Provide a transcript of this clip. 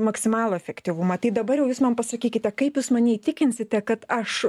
maksimalų efektyvumą tai dabar jūs man pasakykite kaip jūs mane įtikinsite kad aš